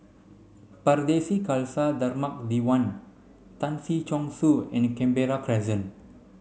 Pardesi Khalsa Dharmak Diwan Tan Si Chong Su and Canberra Crescent